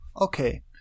okay